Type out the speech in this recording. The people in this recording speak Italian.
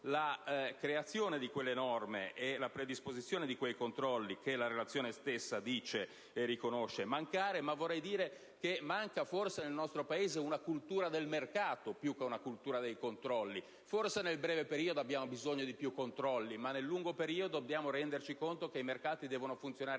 la creazione di quelle norme e la predisposizione di quei controlli che la relazione stessa riconosce mancare. Vorrei però aggiungere che nel nostro Paese serve una cultura del mercato più che dei controlli. Probabilmente nel breve periodo abbiamo bisogno di maggiori controlli, ma nel lungo periodo dobbiamo renderci conto che i mercati devono funzionare